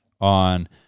on